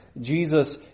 Jesus